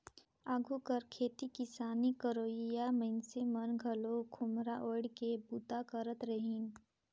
आघु कर खेती किसानी करोइया मइनसे मन घलो खोम्हरा ओएढ़ के बूता करत रहिन